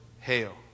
hail